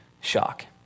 shock